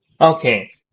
Okay